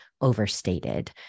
overstated